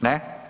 Ne?